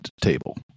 table